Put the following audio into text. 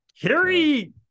Harry